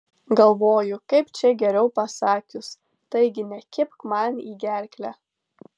galvoju kaip čia geriau pasakius taigi nekibk man į gerklę